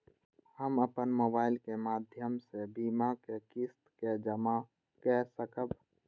हम अपन मोबाइल के माध्यम से बीमा के किस्त के जमा कै सकब?